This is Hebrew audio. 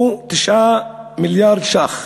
הוא 9 מיליארד ש"ח,